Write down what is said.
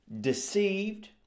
deceived